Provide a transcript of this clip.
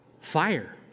fire